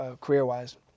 career-wise